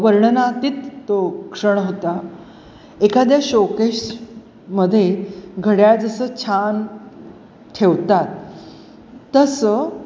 वर्णनातीत तो क्षण होता एखाद्या शोकेशमध्ये घड्याळ जसं छान ठेवतात तसं